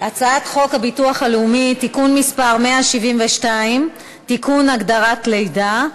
הצעת חוק הביטוח הלאומי (תיקון מס' 172) (תיקון הגדרת לידה),